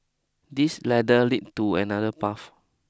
this ladder lead to another path